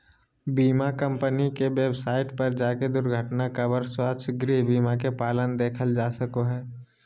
बीमा कम्पनी के वेबसाइट पर जाके दुर्घटना कवर, स्वास्थ्य, गृह बीमा के प्लान देखल जा सको हय